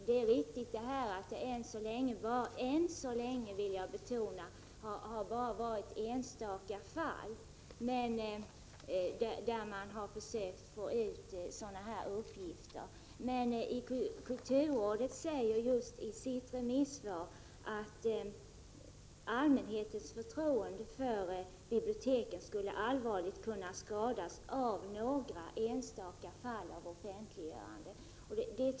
Herr talman! Det är riktigt att det än så länge — jag vill betona det — bara har varit i enstaka fall som någon har försökt få ut sådana här uppgifter. Men kulturrådet säger i sitt remissvar att allmänhetens förtroende för biblioteken skulle allvarligt kunna skadas av några enstaka fall av offentliggörande.